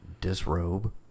disrobe